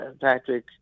Patrick